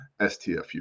STFU